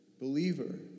believer